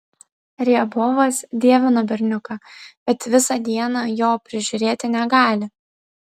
riabovas dievina berniuką bet visą dieną jo prižiūrėti negali